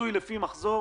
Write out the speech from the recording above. מחזור